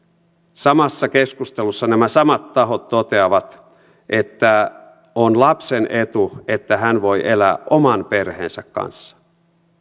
samassa keskustelussa nämä samat tahot toteavat että on lapsen etu että hän voi elää oman perheensä kanssa